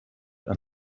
and